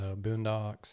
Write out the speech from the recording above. boondocks